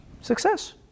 success